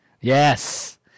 Yes